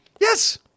Yes